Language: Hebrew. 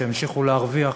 שימשיכו להרוויח,